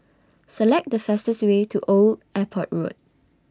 Select The fastest Way to Old Airport Road